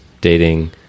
dating